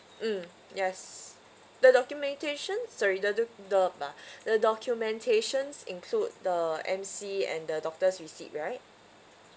mm yes the documentations sorry the doc~ the ah the documentations include the M_C and the doctor's receipt right